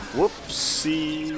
Whoopsie